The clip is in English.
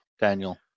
Daniel